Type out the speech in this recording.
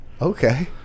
Okay